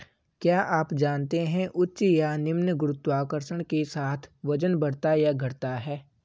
क्या आप जानते है उच्च या निम्न गुरुत्वाकर्षण के साथ वजन बढ़ता या घटता है?